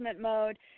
mode